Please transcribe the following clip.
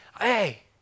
Hey